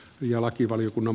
ja lakivaliokunnan